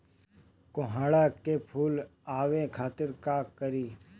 कोहड़ा में फुल आवे खातिर का करी?